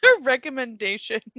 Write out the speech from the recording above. recommendation